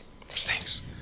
Thanks